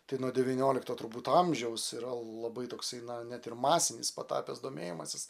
tai nuo devyniolikto turbūt amžiaus yra labai toksai na net ir masinis patapęs domėjimasis